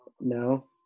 No